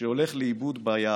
שהולך לאיבוד ביער: